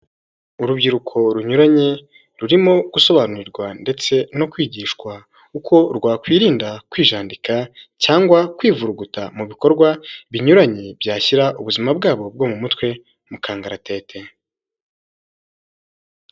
Urubyiruko runyuranye rurimo gusobanurirwa ndetse no kwigishwa uko rwakwirinda kwijandika cyangwa kwivuruguta mu bikorwa binyuranye byashyira ubuzima bwabo bwo mu mutwe mu kangaratete.